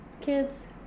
kids